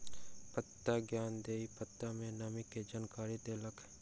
पत्ता ज्ञानेंद्री पत्ता में नमी के जानकारी देलक